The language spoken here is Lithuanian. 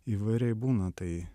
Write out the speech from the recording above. įvairiai būna tai